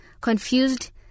confused